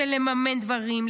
לממן דברים,